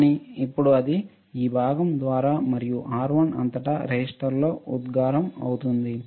కానీ ఇప్పుడు అది ఈ భాగం ద్వారా మరియు R1 అంతటా రెసిస్టర్లో ఉత్సర్గo అవుతుంది